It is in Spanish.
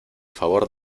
favor